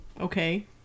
okay